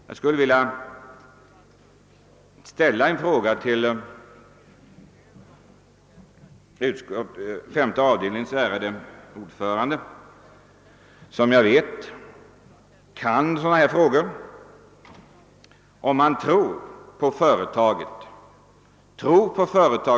Jag skulle vilja fråga femte avdelningens ärade ordförande, som jag vet kan dessa frågor, om han tror på Norrbottens järnverks framtid.